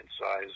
size